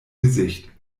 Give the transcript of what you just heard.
gesicht